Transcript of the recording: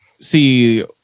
see